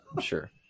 Sure